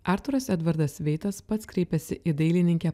artūras edvardas veitas pats kreipėsi į dailininkę